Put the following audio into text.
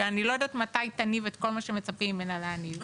שאני לא יודעת מתי היא תניב את כל מה שמצפים ממנה להניב,